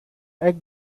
egg